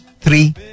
three